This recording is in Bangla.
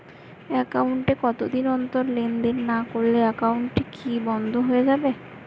একাউন্ট এ কতদিন অন্তর লেনদেন না করলে একাউন্টটি কি বন্ধ হয়ে যাবে?